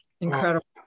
incredible